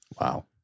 Wow